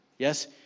Yes